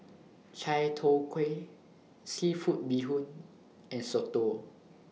Chai Tow Kuay Seafood Bee Hoon and Soto